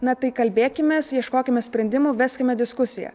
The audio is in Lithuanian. na tai kalbėkimės ieškokime sprendimų veskime diskusiją